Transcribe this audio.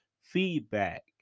feedback